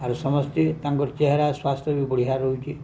ଆରୁ ସମସ୍ତେ ତାଙ୍କର ଚେହେରା ସ୍ୱାସ୍ଥ୍ୟ ବି ବଢ଼ିଆ ରହୁଛି